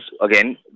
again